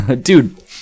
Dude